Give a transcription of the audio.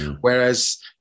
whereas